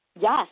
Yes